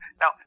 now